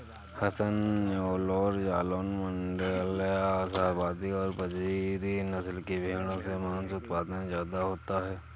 हसन, नैल्लोर, जालौनी, माण्ड्या, शाहवादी और बजीरी नस्ल की भेंड़ों से माँस उत्पादन ज्यादा होता है